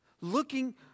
Looking